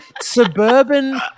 suburban